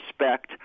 respect